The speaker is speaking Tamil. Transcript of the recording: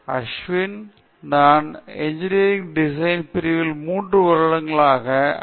அஷ்வின் என் பெயர் அஸ்வின் நான் இன்ஜினியரிங் டிசைன் பிரிவில் 3 வருடங்களுக்கு முன் ஐ